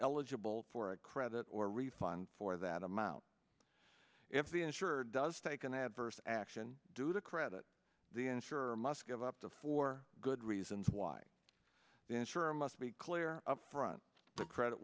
eligible for a credit or refund for that amount if the insurer does take an adverse action due to credit the ensure must give up to four good reasons why the insurer must be clear up front the credit